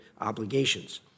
obligations